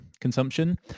consumption